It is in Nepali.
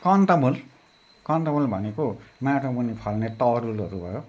कन्दमूल कन्दमूल भनेको माटोमुनि फल्ने तरुलहरू भयो